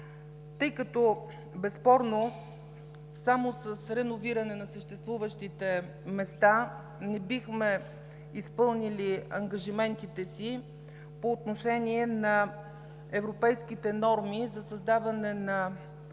Тъй като безспорно само с реновиране на съществуващите места не бихме изпълнили ангажиментите си по отношение на европейските норми за създаване на